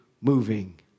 moving